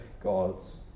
gods